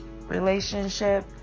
relationship